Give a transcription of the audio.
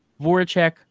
Voracek